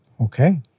Okay